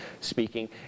speaking